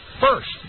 first